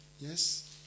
Yes